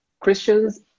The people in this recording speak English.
christians